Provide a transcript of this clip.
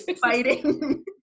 fighting